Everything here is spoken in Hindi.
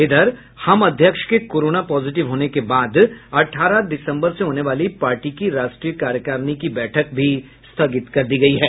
इधर हम अध्यक्ष के कोरोना पॉजिटिव होने के बाद अठारह दिसम्बर से होने वाली पार्टी की राष्ट्रीय कार्यकारिणी की बैठक भी स्थगित कर दी गयी है